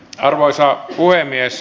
arvoisa puhemies